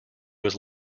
was